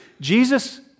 Jesus